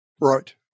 Right